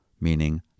meaning